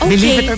Okay